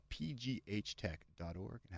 pghtech.org